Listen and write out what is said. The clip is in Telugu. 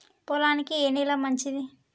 పొలానికి ఏ నేల మంచిది?